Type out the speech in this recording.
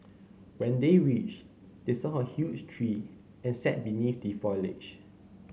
when they reached they saw a huge tree and sat beneath the foliage